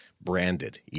branded